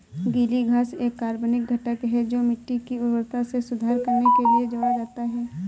गीली घास एक कार्बनिक घटक है जो मिट्टी की उर्वरता में सुधार करने के लिए जोड़ा जाता है